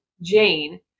Jane